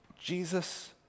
Jesus